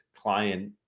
client